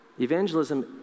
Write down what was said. Evangelism